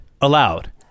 allowed